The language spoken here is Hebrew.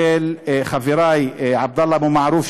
של חברי עבדאללה אבו מערוף,